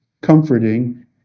comforting